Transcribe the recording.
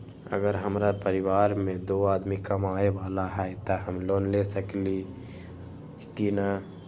अगर हमरा परिवार में दो आदमी कमाये वाला है त हम लोन ले सकेली की न?